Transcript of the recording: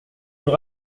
nous